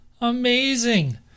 Amazing